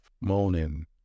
moaning